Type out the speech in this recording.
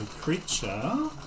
creature